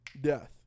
Death